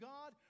God